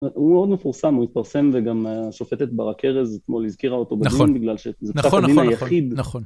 הוא מאוד מפורסם, הוא התפרסם, וגם השופטת בר אקרז אתמול הזכירה אותו בזמן, בגלל שזה המין היחיד.